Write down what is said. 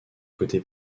côté